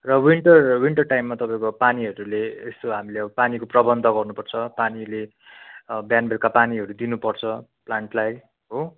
र winter winter टाइममा तपाईँको पानीहरूले यसो हामीले पानीको प्रबन्ध गर्नुपर्छ पानीले बिहान बेलुका पानीहरू दिनुपर्छ प्लान्टलाई हो